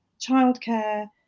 childcare